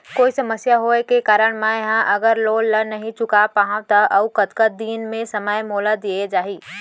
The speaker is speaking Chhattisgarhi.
कोई समस्या होये के कारण मैं हा अगर लोन ला नही चुका पाहव त अऊ कतका दिन में समय मोल दीये जाही?